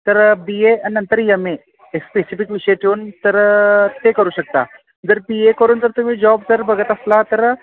तर B A आणि नंतर यम ए स्पेसिफिक विषय ठेऊन तर ते करू शकता जर बी ए करून जर तुम्ही जॉब जर बघत असला तर